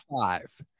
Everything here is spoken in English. five